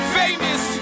famous